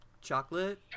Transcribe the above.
chocolate